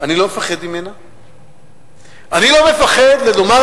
אני לא מפחד ממנה.